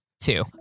two